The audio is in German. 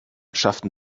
schafften